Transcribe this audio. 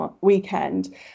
weekend